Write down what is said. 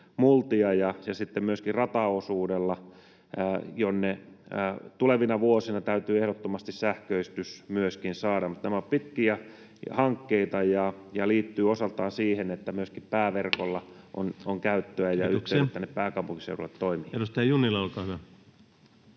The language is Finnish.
ja myöskin rataosuudelta, jonne tulevina vuosina täytyy ehdottomasti saada myöskin sähköistys. Nämä ovat pitkiä hankkeita, ja ne liittyvät osaltaan siihen, että myöskin pääverkolla on käyttöä ja yhteydet tänne pääkaupunkiseudulle toimivat. Kiitoksia. — Edustaja Junnila, olkaa hyvä.